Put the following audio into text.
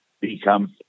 become